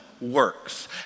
works